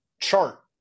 chart